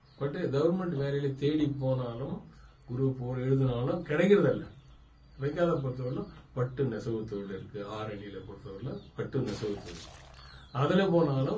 but government வேலையில தேடி போனாலும் குரூப் ஃபோர் எழுதினாலும் கிடைக்கிறதில்ல கிடைக்காத பொறுத்தவரைளும் பட்டு நெசவுத்தொழில் இருக்குது ஆரணியில பொறுத்தவரைலும் பட்டு நெசவுத்தொழில் அதில் போனாலும்